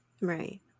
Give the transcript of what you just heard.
Right